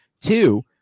Two